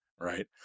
Right